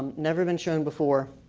never been shown before.